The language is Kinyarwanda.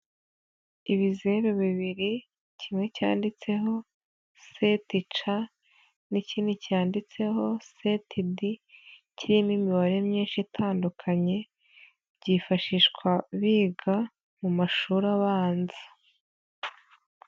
Ibizeru bibiri kimwe cyanditseho seti C n'ikindi cyanditseho seti D kirimo imibare myinshi itandukanye, byifashishwa biga mu mashuri abanza.